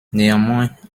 néanmoins